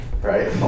right